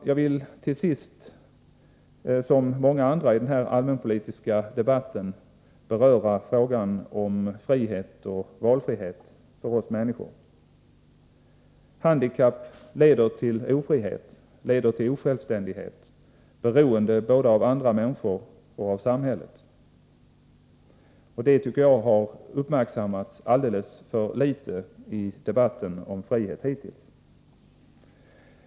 Jag vill till sist som många andra i denna allmänpolitiska debatt beröra frågan om frihet och valfrihet för oss människor. Handikapp leder till ofrihet och osjälvständighet, beroende både av andra människor och av samhället. Det tycker jag har uppmärksammats alldeles för litet hittills i debatten om frihet.